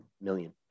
million